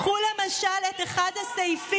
קחו למשל את אחד הסעיפים,